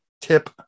tip